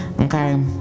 Okay